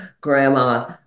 Grandma